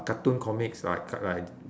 cartoon comics like like